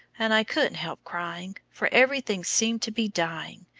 and i couldn't help crying, for everything seemed to be dying.